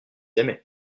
aimaient